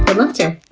and laughter.